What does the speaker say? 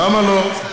למה לא?